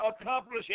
Accomplish